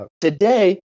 today